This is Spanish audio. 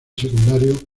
secundario